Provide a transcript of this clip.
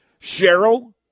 Cheryl